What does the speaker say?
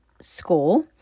school